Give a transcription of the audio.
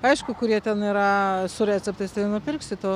aišku kurie ten yra su receptais tai nupirksit o